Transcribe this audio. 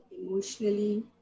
emotionally